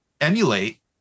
emulate